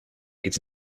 its